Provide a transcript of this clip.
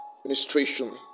administration